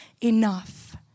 enough